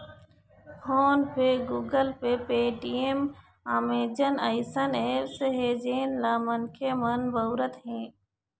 phone पे, Google Pay, Paytm, Amazon अइसन apps हे जेन ल मनखे मन बउरत हें